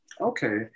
Okay